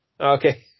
Okay